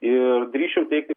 ir drįsčiau teigti